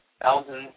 thousands